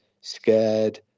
scared